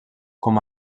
com